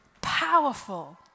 powerful